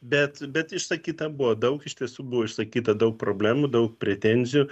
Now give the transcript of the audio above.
bet bet išsakyta buvo daug iš tiesų buvo išsakyta daug problemų daug pretenzijų